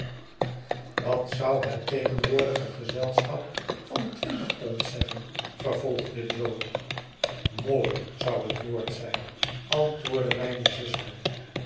wat zou het tegenwoordige gezelschap van twintig pond zeggen vervolgde jo mooi zou het woord zijn antwoorddennjne zuster